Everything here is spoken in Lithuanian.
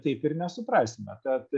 taip ir nesuprasime tad